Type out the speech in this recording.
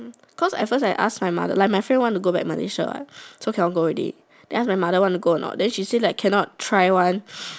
cause at first I ask my mother like my friend wanna go back Malaysia what so she want go already then I ask my mother wanna go or not then she say like cannot try one